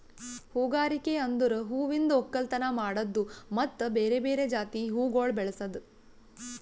ಹೂಗಾರಿಕೆ ಅಂದುರ್ ಹೂವಿಂದ್ ಒಕ್ಕಲತನ ಮಾಡದ್ದು ಮತ್ತ ಬೇರೆ ಬೇರೆ ಜಾತಿ ಹೂವುಗೊಳ್ ಬೆಳಸದ್